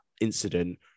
incident